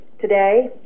Today